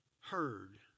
heard